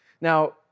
Now